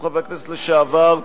או חבר הכנסת לשעבר,